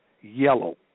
yellow